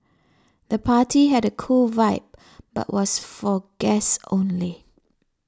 the party had a cool vibe but was for guests only